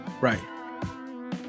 Right